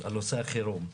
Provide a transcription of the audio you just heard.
על נושא החירום.